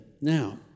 Now